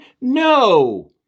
No